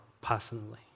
personally